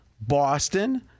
Boston